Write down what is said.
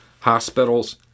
Hospitals